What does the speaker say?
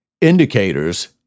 indicators